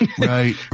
right